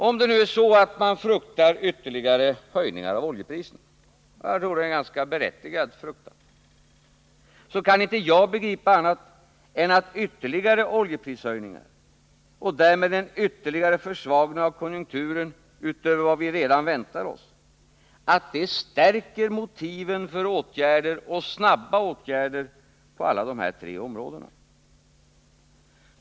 Om man nu fruktar ytterligare höjningar av oljepriserna — och jag tror att det är en ganska berättigad fruktan — så kan jag inte begripa annat än att ytterligare oljeprishöjningar — och därmed en ytterligare försvagning av konjunkturen utöver den redan väntade — stärker motiven för snabba åtgärder på alla de här tre områdena.